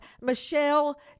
Michelle